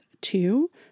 two